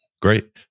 Great